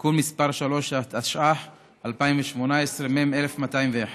(תיקון מס' 3), התשע"ח 2018, מ/10201,